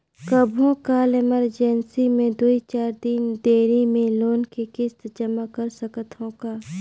कभू काल इमरजेंसी मे दुई चार दिन देरी मे लोन के किस्त जमा कर सकत हवं का?